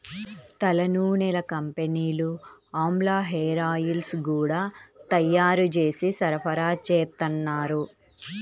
తలనూనెల కంపెనీలు ఆమ్లా హేరాయిల్స్ గూడా తయ్యారు జేసి సరఫరాచేత్తన్నారు